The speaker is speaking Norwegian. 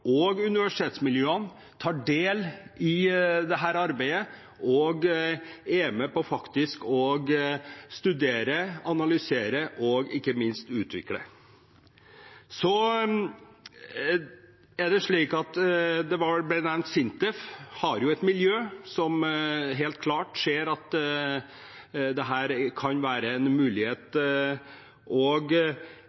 og universitetsmiljøene tar del i arbeidet og faktisk er med på å studere, analysere og ikke minst utvikle dette. Det ble nevnt at SINTEF har et miljø som helt klart ser at dette kan være en mulighet.